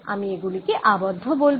আমি এগুলিকে আবদ্ধ বলব